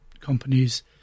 companies